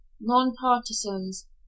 non-partisans